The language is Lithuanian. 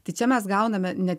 tai čia mes gauname ne